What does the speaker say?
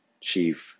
chief